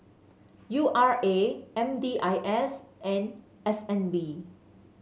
U R A M D I S and S N B